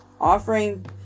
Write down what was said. offering